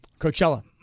Coachella